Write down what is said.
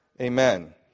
Amen